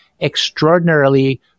extraordinarily